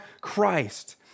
Christ